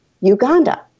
Uganda